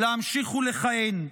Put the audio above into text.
להמשיך ולכהן.